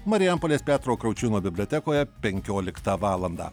marijampolės petro kriaučiūno bibliotekoje penkioliktą valandą